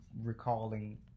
recalling